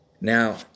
Now